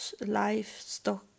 livestock